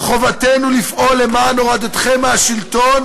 חובתנו לפעול למען הורדתכם מהשלטון"